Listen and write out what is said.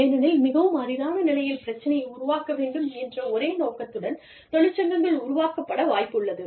ஏனெனில் மிகவும் அரிதான நிலையில் பிரச்சனையை உருவாக்க வேண்டும் என்ற ஒரே நோக்கத்துடன் தொழிற்சங்கங்கள் உருவாக்கப்பட வாய்ப்புள்ளது